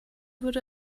würde